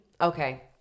Okay